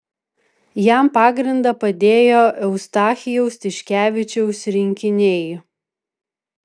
jam pagrindą padėjo eustachijaus tiškevičiaus rinkiniai